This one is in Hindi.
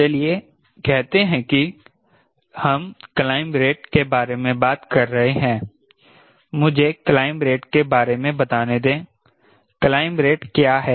चलिए कहते हैं कि हम क्लाइंब रेट के बारे में बात कर रहे हैं मुझे क्लाइंब रेट के बारे में बताने दें क्लाइंब रेट क्या है